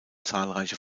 zahlreiche